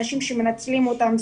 אנשים שמנצלים אותם,